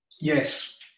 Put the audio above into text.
Yes